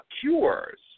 cures